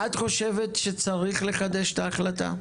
אבל את חושבת שצריך לחדש את ההחלטה?